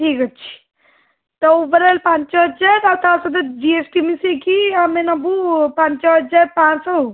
ଠିକ୍ ଅଛି ତ ଓଭରାଲ୍ ପାଞ୍ଚ ହଜାର ଆଉ ତା'ସହିତ ଜି ଏସ୍ ଟି ମିଶିକି ଆମେ ନେବୁ ପାଞ୍ଚ ହଜାର ପାଞ୍ଚଶହ ଆଉ